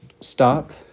stop